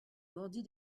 mordit